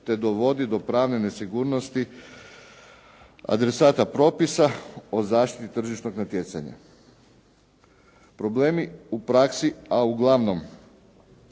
te dovodi do pravne nesigurnosti adresata propisa o zaštiti tržišnog natjecanja. Problemi u praksi, a uglavnom